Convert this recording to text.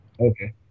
Okay